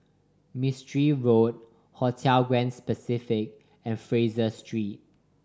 Mistri Road Hotel Grand Pacific and Fraser Street